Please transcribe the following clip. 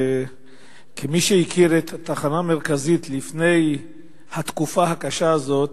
כמי שהכיר את התחנה המרכזית לפני התקופה הקשה הזאת